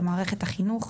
במערכת החינוך,